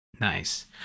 Nice